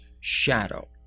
shadow